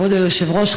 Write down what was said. כבוד היושב-ראש,